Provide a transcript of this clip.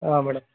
ಹಾಂ ಮೇಡಮ್